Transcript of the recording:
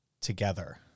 together